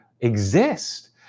exist